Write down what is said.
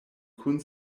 kun